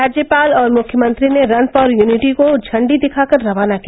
राज्यपाल और मुख्यमंत्री ने रन फॉर यूनिटी को झंडी दिखाकर रवाना किया